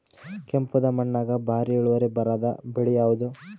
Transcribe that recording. ಕೆಂಪುದ ಮಣ್ಣಾಗ ಭಾರಿ ಇಳುವರಿ ಬರಾದ ಬೆಳಿ ಯಾವುದು?